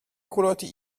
kullerte